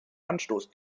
anstoß